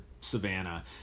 Savannah